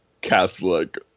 Catholic